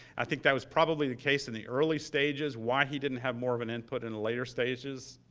i think that was probably the case in the early stages. why he didn't have more of an input in the later stages,